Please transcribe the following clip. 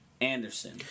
Anderson